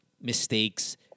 mistakes